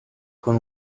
con